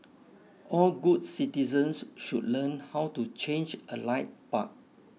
all good citizens should learn how to change a light bulb